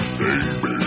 baby